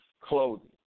clothing